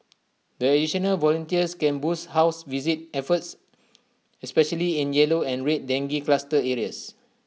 the additional volunteers can boost house visit efforts especially in yellow and red dengue cluster areas